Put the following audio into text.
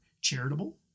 charitable